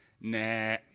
nah